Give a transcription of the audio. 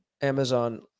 Amazon